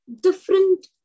different